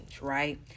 right